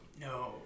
No